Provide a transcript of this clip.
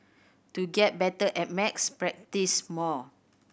to get better at maths practise more